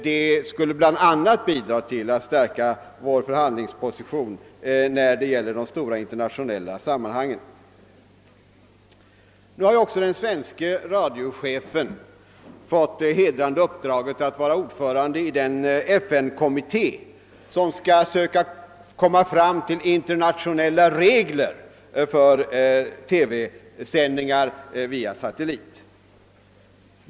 Det skulle bl.a. bidra till att stärka vår förhandlingsposition när det gäller de stora internationella sammanhangen. Den svenske radiochefen har nu fått det hedrande uppdraget att vara ordförande i den FN-kommitté, som skall försöka komma fram till internationella regler för TV-sändningar via satellit.